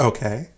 Okay